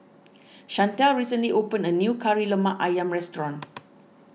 Shantell recently opened a new Kari Lemak Ayam restaurant